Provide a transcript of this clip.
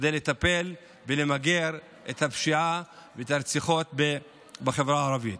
כדי לטפל ולמגר את הפשיעה ואת הרציחות בחברה הערבית.